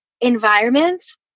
environments